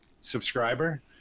subscriber